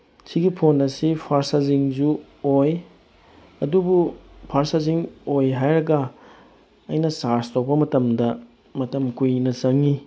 ꯁꯤꯒꯤ ꯐꯣꯟ ꯑꯁꯤ ꯐꯥꯁ ꯆꯥꯔꯖꯤꯡꯁꯨ ꯑꯣꯏ ꯑꯗꯨꯕꯨ ꯐꯥꯁ ꯆꯥꯔꯖꯤꯡ ꯑꯣꯏ ꯍꯥꯏꯔꯒ ꯑꯩꯅ ꯆꯥꯔꯖ ꯇꯧꯕ ꯃꯇꯝꯗ ꯃꯇꯝ ꯀꯨꯏꯅ ꯆꯪꯉꯤ